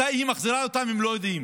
מתי היא מחזירה אותם הם לא יודעים.